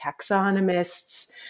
taxonomists